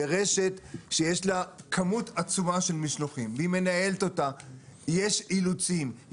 לרשת שיש לה כמות עצומה של משלוחים והיא מנהלת אותה יש אילוצים.